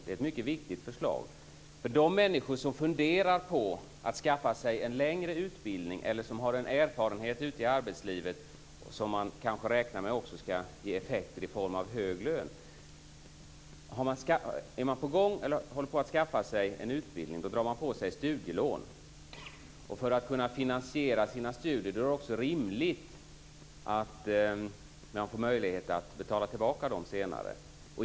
Det är ett mycket viktigt förslag för de människor som funderar på att skaffa sig en längre utbildning eller som har en erfarenhet ute i arbetslivet som man kanske räknar med också ska ge effekt i form av hög lön. Om man håller på att skaffa sig en utbildning drar man på sig studielån för att kunna finansiera sina studier. Då är det också rimligt att man får möjlighet att betala tillbaka dem senare.